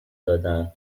دادن